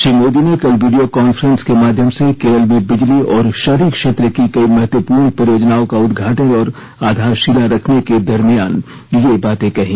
श्री मोदी ने कल video conference के माध्यम से केरल में बिजली और शहरी क्षेत्र की कई महत्वपूर्ण परियोजनाओं का उदघाटन और आधारशिला रखने के दरम्यान ये बातें कही